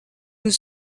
nous